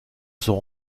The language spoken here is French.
sont